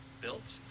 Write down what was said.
built